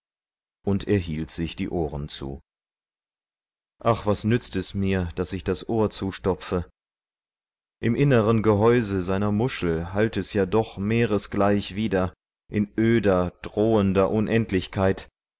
und er hielt sich die ohren zu ach was nützt es mir daß ich das ohr zustopfe im inneren gehäuse seiner muschel hallt es ja doch meeresgleich wieder in öder drohender unendlichkeit